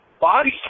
body